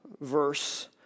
verse